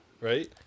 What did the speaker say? Right